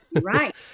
Right